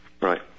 Right